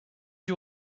you